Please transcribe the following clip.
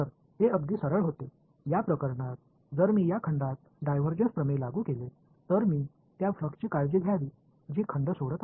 எனவே இது மிகவும் நேராக முன்னோக்கி இருந்தது இந்த விஷயத்தில் நான் இந்த கொள்ளளவுக்கு டைவர்ஜன்ஸ் தேற்றத்தைப் பயன்படுத்தினால் அளவை சரியாக விட்டுச்செல்லும் ஃப்ளக்ஸ் குறித்து நான் கவனித்துக் கொள்ள வேண்டும்